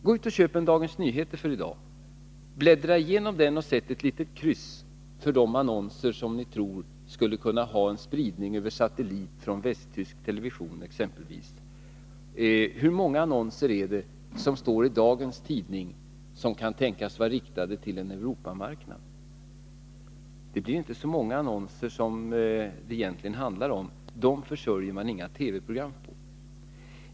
Gå ut och köp en Dagens Nyheter för i dag. Bläddra igenom den och sätt ett litet kryss för de annonser som ni tror skulle kunna ha en spridning över satellit från exempelvis västtysk television. Hur många annonser är det som står i dagens tidning som kan tänkas vara riktade till en Europamarknad? Det blir inte så många annonser som det handlar om; dem försörjer man inga TV-program på.